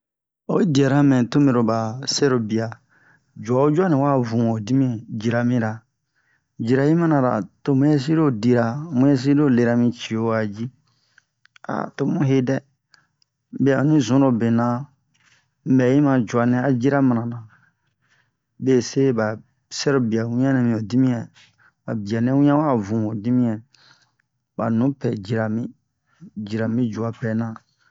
oyi diara mɛ tomɛro ba sɛro bia jua wo juanɛ wa vu'o dimiyan jira mira jira'i manara to muyɛsin lo dira muyɛsin lera mi cio'a ji tomu hedɛ be oni zunrobena unbɛ'i ma juanɛ a jira mana bese ba sɛrobia wianɛ mi'o dimiyan ba bianɛ wian wa vuho dimiyan ba nupɛ jira mi jira mi juapɛ na